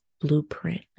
blueprint